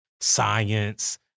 science